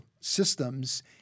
systems